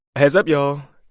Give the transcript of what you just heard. heads up, y'all.